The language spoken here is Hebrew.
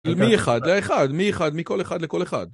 מי אחד לאחד, מי אחד מכל אחד לכל אחד.